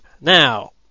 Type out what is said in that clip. Now